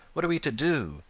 what are we to do?